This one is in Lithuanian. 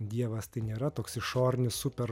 dievas tai nėra toks išorinis super